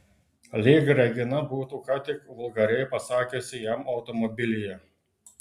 lyg regina būtų ką tik vulgariai pasakiusi jam automobilyje